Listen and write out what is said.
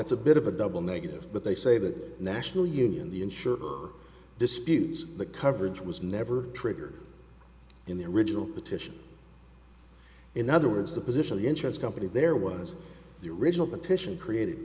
it's a bit of a double negative but they say the national union the insurer disputes the coverage was never triggered in the original petition in other words the position of the insurance company there was the original the titian created